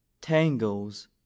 Tangles